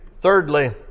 Thirdly